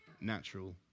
natural